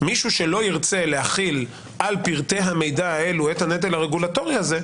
מישהו שלא ירצה להחיל על פרטי המידע האלו את הנטל הרגולטורי הזה,